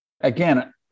Again